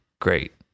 great